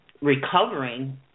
recovering